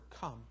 come